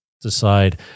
decide